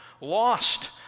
lost